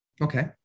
Okay